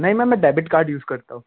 नहीं मैम मैं debit card use करता हूँ